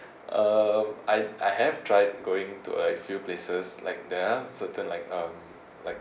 uh I I have tried going to a few places like there are certain like um like